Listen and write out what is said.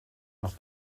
nach